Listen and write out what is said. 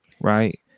right